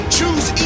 Choose